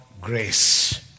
grace